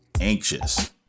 anxious